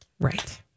Right